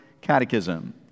Catechism